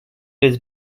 his